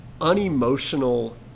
unemotional